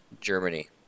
Germany